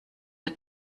der